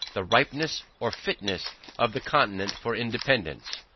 the ripeness or fitness of the continent for independance.